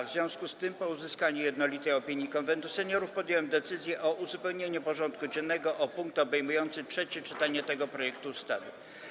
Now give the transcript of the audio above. W związku z tym, po uzyskaniu jednolitej opinii Konwentu Seniorów, podjąłem decyzję o uzupełnieniu porządku dziennego o punkt obejmujący trzecie czytanie tego projektu ustawy.